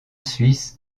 suisse